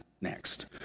next